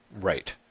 right